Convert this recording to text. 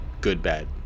good-bad